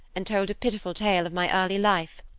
and told a pitiful tale of my early life.